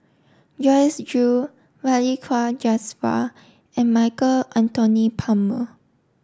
Joyce Jue Balli Kaur Jaswal and Michael Anthony Palmer